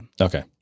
Okay